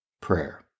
prayer